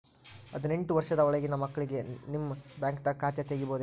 ಹದಿನೆಂಟು ವರ್ಷದ ಒಳಗಿನ ಮಕ್ಳಿಗೆ ನಿಮ್ಮ ಬ್ಯಾಂಕ್ದಾಗ ಖಾತೆ ತೆಗಿಬಹುದೆನ್ರಿ?